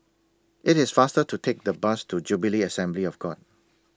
IT IS faster to Take The Bus to Jubilee Assembly of God